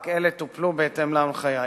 רק אלו טופלו בהתאם להנחיה.